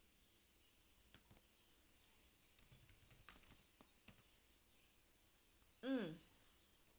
mm